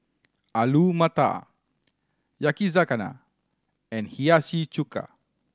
Alu Matar Yakizakana and Hiyashi Chuka